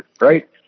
right